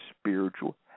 spiritual